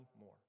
more